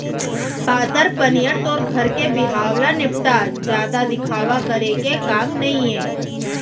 पातर पनियर तोर घर के बिहाव ल निपटा, जादा दिखावा करे के काम नइये